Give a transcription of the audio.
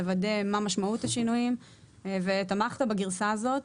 לוודא מה משמעות השינויים ותמכת בגרסה הזאת.